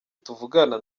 tuvugana